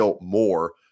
more